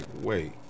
wait